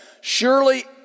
Surely